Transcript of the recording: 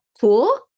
Cool